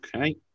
Okay